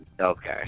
Okay